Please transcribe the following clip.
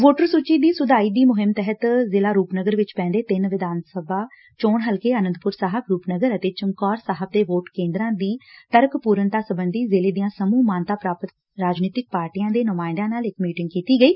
voter ਸੁਚੀ ਦੀ ਸੁਧਾਈ ਦੀ ਮੁਹਿੰਮ ਤਹਿਤ ਜ਼ਿਲ੍ਹਾ ਰੁਪਨਗਰ ਵਿੱਚ ਪੈਂਦੇ ਤਿੰਨ ਵਿਧਾਨ ਸਭਾ ਚੋਣ ਹਲਕੇ ਆਨੰਦਪੁਰ ਸਾਹਿਬ ਰੁਪਨਗਰ ਅਤੇ ਚਮਕੌਰ ਸਾਹਿਬ ਦੇ ਵੋਟ ਕੇਦਰਾ ਤਰਕ ਪੁਰਨਤਾ ਸੰਬੰਧੀ ਜ਼ਿਲੇ ਦੀਆਂ ਸਮੁਹ ਮਾਨਤਾ ਪ੍ਰਾਪਤ ਰਾਜਨੀਤਿਕ ਪਾਰਟੀਆਂ ਦੇ ਨੁਮਾਇੰਦਿਆਂ ਨਾਲ ਇੱਕ ਮੀਟਿੰਗ ਕੀਤੀ ਗਈ